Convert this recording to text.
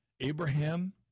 Abraham